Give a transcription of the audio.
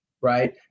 right